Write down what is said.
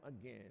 again